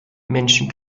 menschen